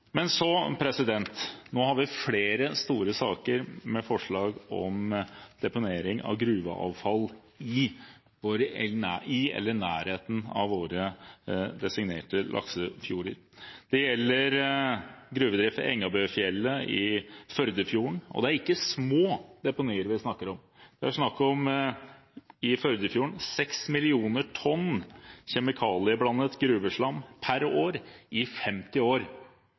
Nå har vi flere store saker med forslag om deponering av gruveavfall i eller i nærheten av våre designerte laksefjorder. Det gjelder gruvedrift i Engebøfjellet i Førdefjorden, og det er ikke små deponier vi snakker om. I Førdefjorden er det snakk om 6 millioner tonn kjemikalieblandet gruveslam per år i 50 år,